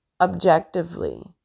objectively